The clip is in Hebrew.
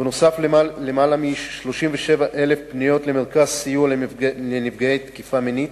ונוסף על כך יותר מ-37,000 פניות למרכזי סיוע לנפגעי תקיפה מינית,